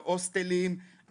ההוסטלים,